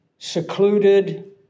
secluded